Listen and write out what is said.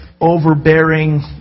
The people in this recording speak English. overbearing